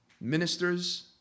ministers